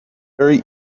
very